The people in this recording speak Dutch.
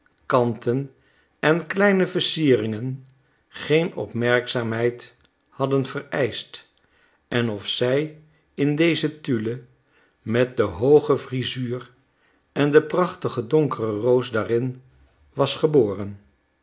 kanten en kleine versieringen geen opmerkzaamheid hadden vereischt en of zij in deze tulle met de hooge frisuur en de prachtige donkere roos daarin was geboren